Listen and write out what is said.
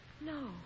No